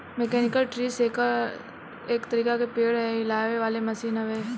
mechanical tree shaker एक तरीका के पेड़ के हिलावे वाला मशीन हवे